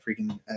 freaking